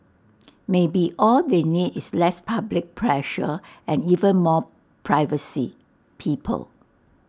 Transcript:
maybe all they need is less public pressure and even more privacy people